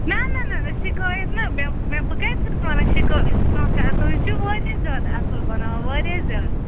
نہ نہ نہ نہ شِکایَت نہ مےٚ مےٚ بہٕ کَتہِ چھَس وَنان شِکایَت کانٛہہ تُہنٛز چھِ واریاہ زیادٕ اَصٕل بَناوان واریاہ زیادٕ